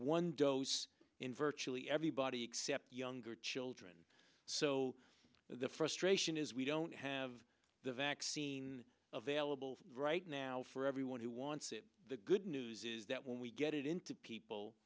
one dose in virtually everybody except younger children so the frustration is we don't have the vaccine available right now for everyone who wants it the good news is that when we get it into people